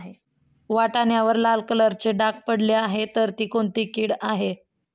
वाटाण्यावर लाल कलरचे डाग पडले आहे तर ती कोणती कीड आहे?